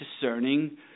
discerning